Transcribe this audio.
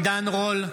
עידן רול,